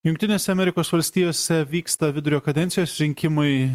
jungtinėse amerikos valstijose vyksta vidurio kadencijos rinkimai